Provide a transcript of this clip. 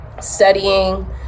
studying